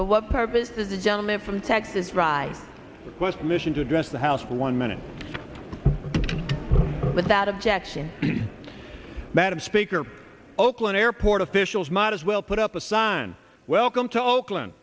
but what purpose does the gentleman from texas dr west mission to address the house one minute without objection madam speaker oakland airport officials might as well put up a sign welcome to oakland